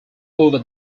over